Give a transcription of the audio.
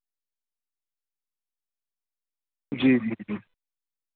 جی جی جی